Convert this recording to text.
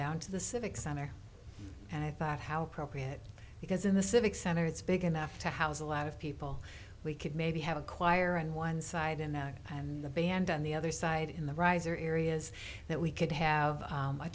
down to the civic center and i thought how appropriate because in the civic center it's big enough to house a lot of people we could maybe have a choir and one side and in the band on the other side in the riser areas that we could have